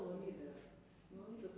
preparations of fruits